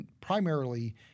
primarily